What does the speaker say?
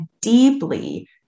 deeply